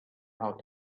how